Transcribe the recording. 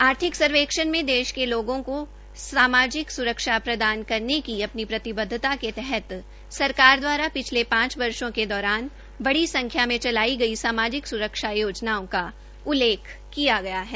आर्थिक सर्वेक्षण में देश के लोगों को सामाजिक स्रक्षा प्रदान करने की अपनी प्रतिबद्वता के तहत सरकार दवारा पिछले पांच वर्षो के दौरान बड़ी संख्या मे चलाई गई सामाजिक स्रक्षा योजनाओं का उल्लेख किया गया है